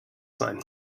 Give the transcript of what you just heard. sein